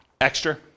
extra